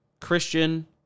Christian